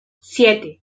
siete